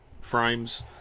frames